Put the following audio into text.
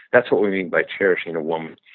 that's what we mean by cherishing a woman.